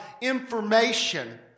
information